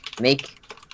make